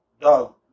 Dog